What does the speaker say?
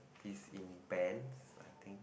he's in band I think